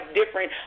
different